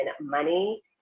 money